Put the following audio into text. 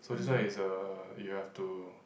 so this one is uh you have to